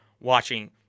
watching